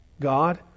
God